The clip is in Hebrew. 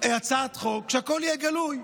הצעת חוק שהכול יהיה גלוי?